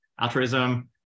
altruism